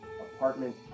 apartment